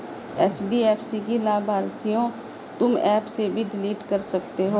HDFC की लाभार्थियों तुम एप से भी डिलीट कर सकते हो